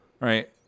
Right